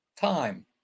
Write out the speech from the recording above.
time